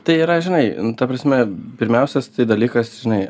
tai yra žinai nu ta prasme pirmiausias tai dalykas žinai